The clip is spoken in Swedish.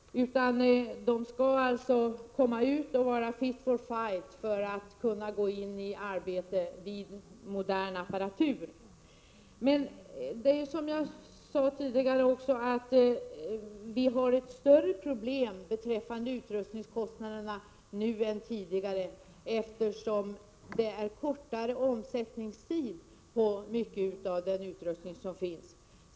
De skall, när de kommer ut från högskolan, vara ”Tfit for fight” och kunna arbeta med modern apparatur. råd Men som jag sade tidigare har vi ett större problem beträffande utrustningskostnaderna nu än tidigare, eftersom det är kortare omsättningstid för mycket av den utrustning som finns.